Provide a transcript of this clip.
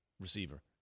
Receiver